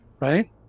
Right